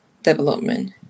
development